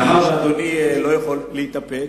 מאחר שאדוני לא יכול להתאפק,